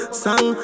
song